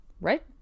Right